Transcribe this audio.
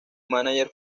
mánager